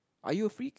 are you a freak